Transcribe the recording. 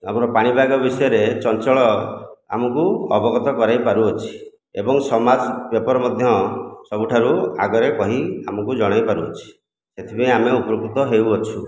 ଆମର ପାଣି ପାଗ ବିଷୟରେ ଚଞ୍ଚଳ ଆମକୁ ଅବଗତ କରାଇପାରୁଅଛି ଏବଂ ସମାଜ ପେପର ମଧ୍ୟ ସବୁଠାରୁ ଆଗରେ କହି ଆମକୁ ଜଣାଇପାରୁଛି ତେଣୁ ଆମେ ଉପକୃତ ହେଉଅଛୁ